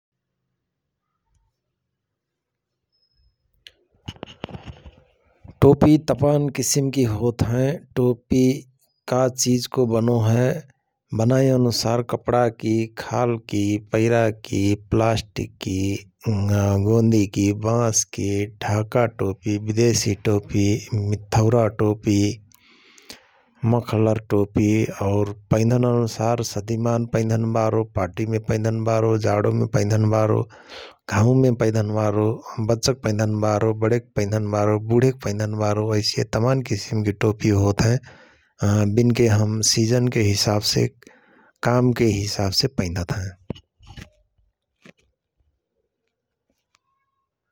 टोपी तमान किसिमके होतहएं । टोपी का चिजको बनो हए बनाइ अनुसार कपडाकि, खालकि, पैराकि प्लास्टिककि गोदिकी, बांसकी, ढाकाटोपी, बिदेसी टोपी, मिथौरा टोपी, मखलर टोपी और पैधन अनुसार सदिमान पैधनबारो, पार्टी मे पधन बारो, जाडो मे पैधनबारो, घामुमे पैधन्बारो, बच्चक पैधनबारो, बणेक पैधनबारो, बुढेक पैधनबारो ऐसि तमान किसिमके टोपी होत हएं । बिनके हम सिजनके हिसाबसे कामके हिसाबसे पैधत हएं ।